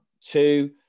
two